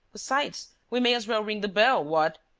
besides, we may as well ring the bell, what!